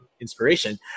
inspiration